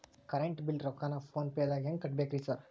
Current bill ರೊಕ್ಕಾನ phone ಪೇದಾಗ ಹೆಂಗ್ ಕಟ್ಟಬೇಕ್ರಿ ಸರ್?